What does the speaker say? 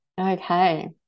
Okay